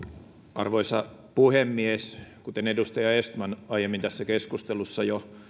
arvoisa puhemies kuten edustaja östman aiemmin tässä keskustelussa jo